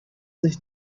sich